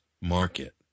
market